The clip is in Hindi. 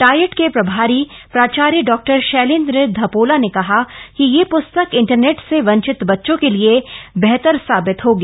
डायट के प्रभारी प्राचार्य डा शैलेंद्र धपोला ने कहा कि यह प्स्तक इंटरनेट से वंचित बच्चों के लिए बेहतर साबित होगी